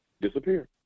disappear